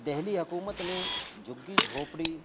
دہلی حکومت نے جھگی جھونپڑی